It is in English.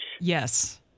Yes